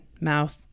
mouth